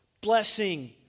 blessing